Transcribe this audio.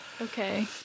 Okay